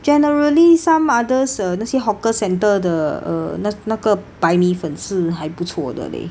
generally some others uh 那些 hawker centre 的 uh 那那个白米粉是还不错的 leh